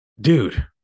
Dude